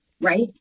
right